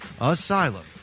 Asylum